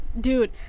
dude